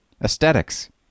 Aesthetics